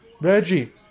Reggie